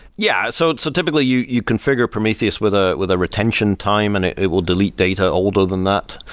yeah. so so typically you you can figure prometheus with ah with a retention time and it it will delete data older than that.